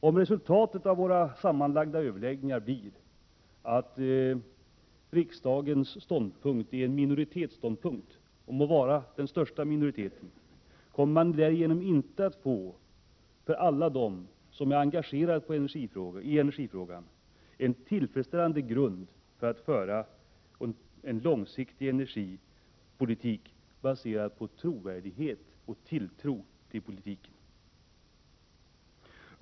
Om riksdagens beslut endast reflekterar en minoritetsståndpunkt — må vara den största minoriteten — kommer besluten inte att tillföra politiken trovärdighet och tilltro.